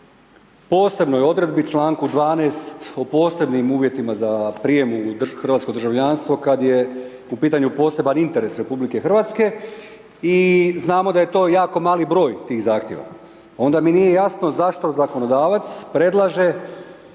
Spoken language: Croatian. posebnoj odredbi, članku 12. o posebnim uvjetima za prijem u hrvatsko državljanstvo kada je u pitanju poseban interes RH i znamo da je to jako mali broj tih zahtjeva. Onda mi nije jasno zašto zakonodavac predlaže